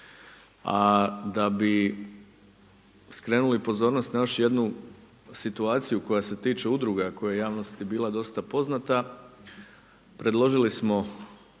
a da bi skrenuli pozornost na još jednu situaciju koja se tiče udruga koja je javnosti bila dosta poznata predložili smo